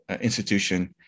institution